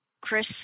Chris